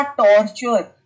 torture